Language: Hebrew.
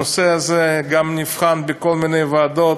הנושא הזה גם נבחן בכל מיני ועדות,